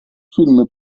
film